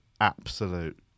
absolute